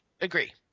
agree